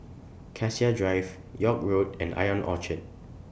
Cassia Drive York Road and Ion Orchard